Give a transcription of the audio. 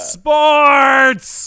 sports